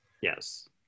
Yes